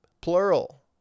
plural